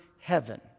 heaven